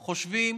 אנחנו חושבים